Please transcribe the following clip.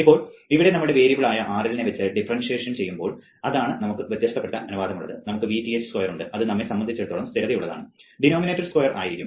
ഇപ്പോൾ ഇവിടെ നമ്മുടെ വേരിയബിളായ RL നെ വെച്ച് ഡിഫറൻസ്ഷൻ ചെയ്യുന്നു അതാണ് നമുക്ക് വ്യത്യാസപ്പെടുത്താൻ അനുവാദമുള്ളത് നമുക്ക് Vth സ്ക്വയർ ഉണ്ട് അത് നമ്മെ സംബന്ധിച്ചിടത്തോളം സ്ഥിരതയുള്ളതാണ് ഡിനോമിനേറ്റർ സ്ക്വയർ ആയിരിക്കും